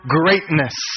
greatness